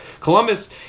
Columbus